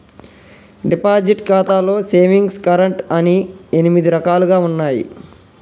deposit ఖాతాలో savings current అని ఎనిమిది రకాలుగా ఉన్నయి